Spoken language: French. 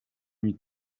nuit